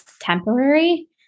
temporary